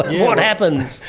what happens?